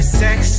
sex